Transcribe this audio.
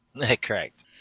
Correct